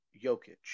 Jokic